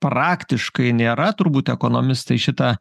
praktiškai nėra turbūt ekonomistai šitą